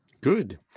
good